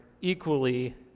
equally